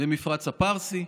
במפרץ הפרסי,